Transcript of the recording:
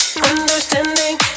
Understanding